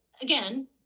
again